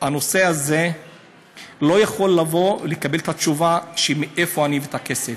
הנושא הזה לא יכול לבוא ולקבל את התשובה: מאיפה אני אביא את הכסף,